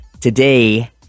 today